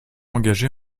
engagé